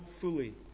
fully